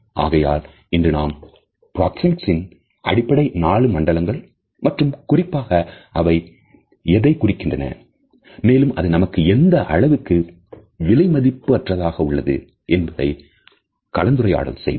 ஆகையால் இன்று நாம் பிராக்சேமிக்ஸ்ன் அடிப்படை 4 மண்டலங்கள் மற்றும் குறிப்பாக அவைகள் எதைக் குறிக்கின்றன மேலும் அது நமக்கும் எந்த அளவுக்கு விலைமதிப்பற்றதாக உள்ளது என்பதை கலந்துரையாடல் செய்தோம்